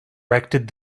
erected